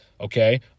okay